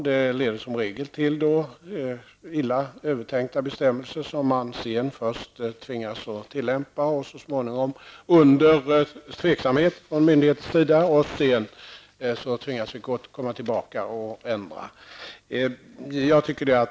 Det leder som regel till illa övertänkta bestämmelser, som myndigheterna först under tveksamhet tvingas tillämpa och där vi så småningom tvingas komma tillbaka och ändra.